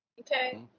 Okay